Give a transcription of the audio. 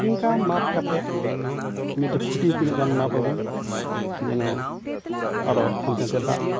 ᱤᱝᱠᱟ ᱢᱟᱯ ᱠᱟᱛᱮᱫ ᱢᱤᱫᱴᱮᱱ ᱠᱷᱩᱴᱤ ᱛᱤᱱᱟᱹᱜ ᱜᱟᱱ ᱢᱟᱯ ᱟᱵᱚᱱ ᱡᱮᱱᱚ ᱟᱞᱚ ᱦᱟᱱᱛᱮ ᱱᱟᱛᱮ ᱫᱟᱜ